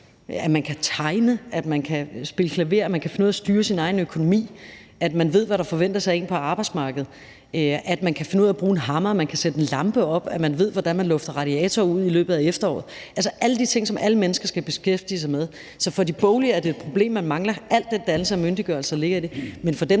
at man kan tegne; at man kan spille klaver; at man kan finde ud af at styre sin egen økonomi; at man ved, hvad der forventes af en på arbejdsmarkedet; at man kan finde ud af at bruge en hammer; at man kan sætte en lampe op; at man ved, hvordan man lufter radiatorer ud i løbet af efteråret – altså alle de ting, som alle mennesker skal beskæftige sig med. Så for de boglige er det et problem, at man mangler al den dannelse og myndiggørelse, der ligger i det, men dem,